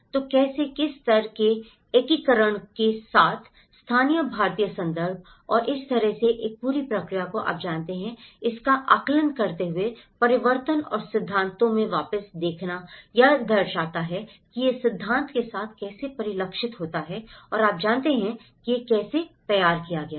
तो कैसे किस स्तर के एकीकरण के साथ स्थानीय भारतीय संदर्भ और इस तरह से इस पूरी प्रक्रिया को आप जानते हैं इसका आकलन करते हुए परिवर्तन और सिद्धांतों में वापस देखना यह दर्शाता है कि यह सिद्धांत के साथ कैसे परिलक्षित होता है और आप जानते हैं कि यह कैसे तैयार किया गया है